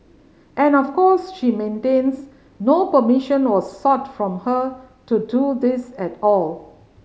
and of course she maintains no permission was sought from her to do this at all